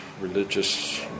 religious